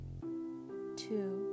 Two